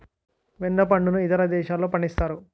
వెన్న పండును ఇతర దేశాల్లో పండిస్తారు